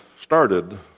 started